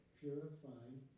purifying